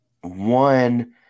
One